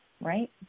Right